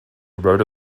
rhoda